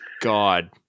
God